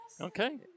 Okay